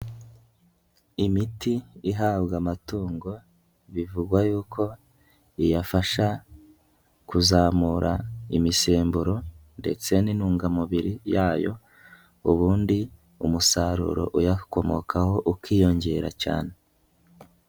Imiti ihabwa amatungo bivugwa y'uko iyafasha kuzamura imisemburo ndetse n'intungamubiri yayo ubundi umusaruro uyakomokaho ukiyongera cyane.